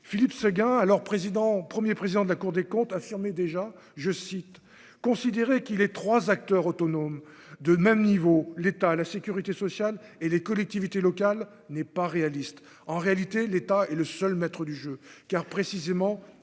Philippe Séguin, alors président, 1er président de la Cour des comptes, affirmait déjà, je cite, considérer qu'il les 3 acteurs autonomes de même niveau, l'État à la sécurité sociale et les collectivités locales n'est pas réaliste, en réalité, l'État est le seul maître du jeu car précisément,